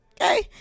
Okay